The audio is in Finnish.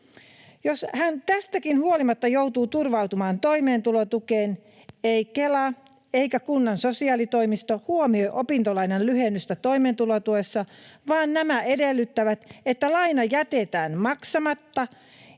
Jos hän tästäkin huolimatta joutuu turvautumaan toimeentulotukeen, ei Kela eikä kunnan sosiaalitoimisto huomioi opintolainan lyhennystä toimeentulotuessa, vaan nämä edellyttävät, että laina jätetään maksamatta